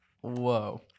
Whoa